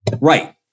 right